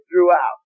throughout